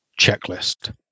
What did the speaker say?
checklist